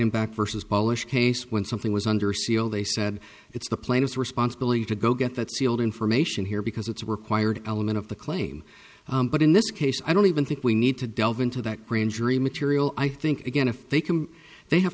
impact vs polished case when something was under seal they said it's the plaintiff's responsibility to go get that sealed information here because it's a required element of the claim but in this case i don't even think we need to delve into that grand jury material i think again if they can they have